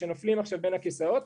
שנופלים בין הכיסאות,